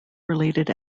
related